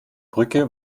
brücke